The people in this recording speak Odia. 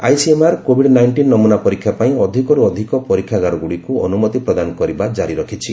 ଆଇସିଏମ୍ଆର କୋଭିଡ୍ ନାଇଷ୍ଟିନ୍ ନମୁନା ପରୀକ୍ଷା ପାଇଁ ଅଧିକରୁ ଅଧିକ ପରୀକ୍ଷାଗାରଗୁଡ଼ିକୁ ଅନୁମତି ପ୍ରଦାନ କରିବା ଜାରି ରଖିଛି